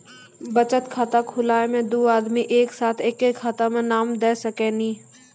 बचत खाता खुलाए मे दू आदमी एक साथ एके खाता मे नाम दे सकी नी?